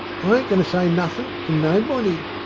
i ain't goin' to say nothink to nobody.